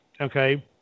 okay